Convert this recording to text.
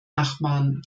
nachbarn